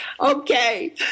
Okay